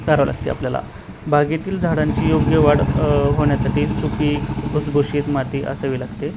करावं लागते आपल्याला बागेतील झाडांची योग्य वाढ होण्यासाठी सुकी भुसभुशीत माती असावी लागते